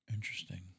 Interesting